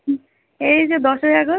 এই যে দশই আগস্ট